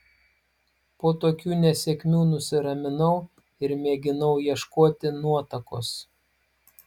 po tokių nesėkmių nusiraminau ir mėginau ieškoti nuotakos